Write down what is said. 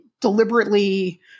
deliberately